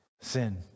sin